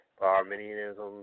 Arminianism